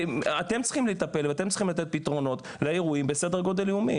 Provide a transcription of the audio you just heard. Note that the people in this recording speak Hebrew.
אתם צריכים לטפל ולתת פתרונות לאירועים בסדר גודל לאומי,